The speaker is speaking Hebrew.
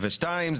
שתיים,